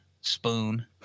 spoon